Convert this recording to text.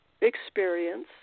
experience